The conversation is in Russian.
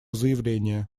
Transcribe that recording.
заявление